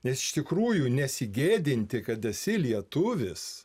nes iš tikrųjų nesigėdinti kad esi lietuvis